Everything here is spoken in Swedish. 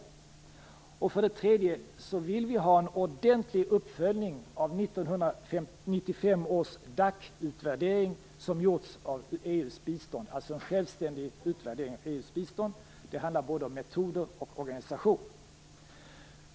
För det tredje vill vi ha en ordentlig uppföljning av 1995 års DAC-utvärdering som har gjorts när det gäller EU:s bistånd, dvs. en självständig utvärdering av EU:s bistånd. Det handlar både om metoder och om organisation.